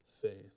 faith